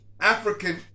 African